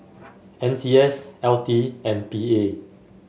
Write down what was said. N C S L T and P A